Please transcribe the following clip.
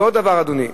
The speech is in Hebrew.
ועוד דבר, אדוני: